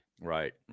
Right